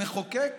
המחוקק